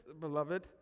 beloved